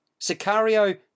Sicario